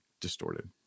distorted